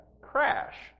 crash